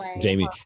Jamie